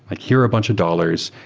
like, her are a bunch of dollars.